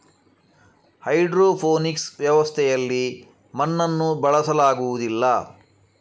hydroponics ವ್ಯವಸ್ಥೆಯಲ್ಲಿ ಮಣ್ಣನ್ನು ಬಳಸಲಾಗುವುದಿಲ್ಲ